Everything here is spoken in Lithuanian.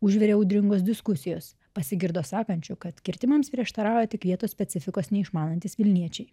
užvirė audringos diskusijos pasigirdo sakančių kad kirtimams prieštarauja tik vietos specifikos neišmanantys vilniečiai